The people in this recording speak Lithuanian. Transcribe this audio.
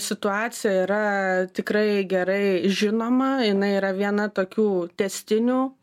situacija yra tikrai gerai žinoma jinai yra viena tokių tęstinių